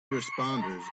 responders